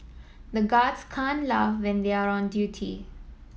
the guards can laugh when they are on duty